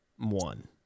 one